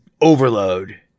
overload